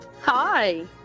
Hi